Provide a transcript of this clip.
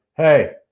Hey